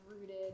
rooted